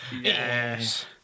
yes